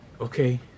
okay